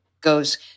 goes